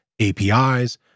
APIs